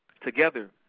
Together